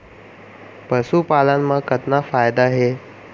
पशुपालन मा कतना फायदा हे?